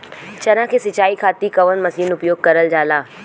चना के सिंचाई खाती कवन मसीन उपयोग करल जाला?